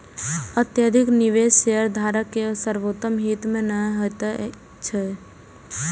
अत्यधिक निवेश शेयरधारक केर सर्वोत्तम हित मे नहि होइत छैक